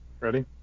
Ready